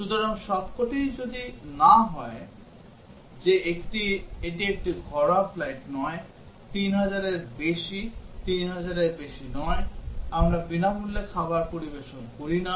সুতরাং যদি সবকটিই না হয় যে এটি একটি ঘরোয়া ফ্লাইট নয় 3000 এর বেশি 3000 এর বেশি নয় আমরা বিনামূল্যে খাবার পরিবেশন করি না